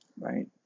Right